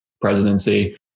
presidency